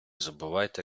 забувайте